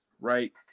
Right